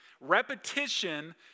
Repetition